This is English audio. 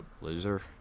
Loser